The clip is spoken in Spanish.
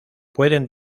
pueden